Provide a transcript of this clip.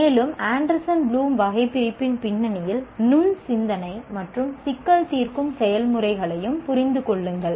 மேலும் Anderson Bloom வகைபிரிப்பின் பின்னணியில் நுண் சிந்தனை மற்றும் சிக்கல் தீர்க்கும் செயல்முறைகளையும் புரிந்து கொள்ளுங்கள்